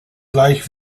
gleich